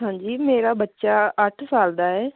ਹਾਂਜੀ ਮੇਰਾ ਬੱਚਾ ਅੱਠ ਸਾਲ ਦਾ ਹੈ